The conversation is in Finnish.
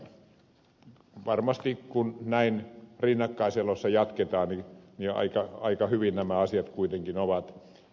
elikkä varmasti kun näin rinnakkaiselossa jatketaan aika hyvin nämä asiat kuitenkin ovat